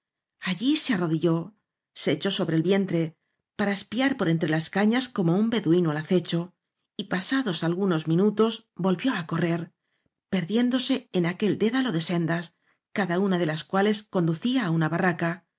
allí se arrodilló se echó sobre el vientre para ess piar por entre las cañas como un beduíno al acecho y pasados algunos minutos volvió á correr perdiéndose en aquel dédalo de sendas cada una ele las cuales conducía á una barraca